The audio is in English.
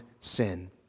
sin